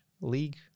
league